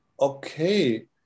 okay